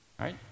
Right